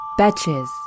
Batches